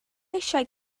eisiau